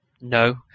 No